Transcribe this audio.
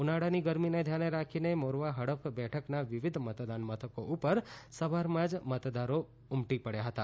ઉનાળાની ગરમીને ધ્યાને રાખીને મોરવા હડફ બેઠકના વિવિધ મતદાન મથકો ઉપર સવારમાં જ મતદારો ઉમટી પડ્યા હતા